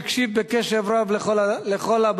שהקשיב בקשב רב לכל הבעיות.